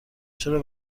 چرا